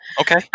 okay